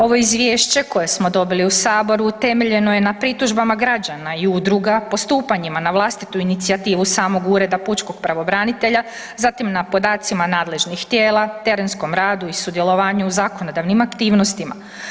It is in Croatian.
Ovo izvješće koje smo dobili u Saboru utemeljeno je na pritužbama građana i udruga postupanjima na vlastitu inicijativu samog Ureda pučkog pravobranitelja, zatim na podacima nadležnih tijela, terenskom radu i sudjelovanju u zakonodavnim aktivnostima.